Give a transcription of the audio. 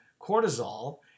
cortisol